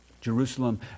Jerusalem